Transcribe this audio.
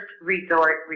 resort